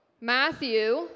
Matthew